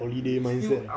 holiday mindset